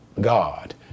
God